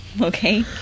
Okay